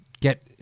get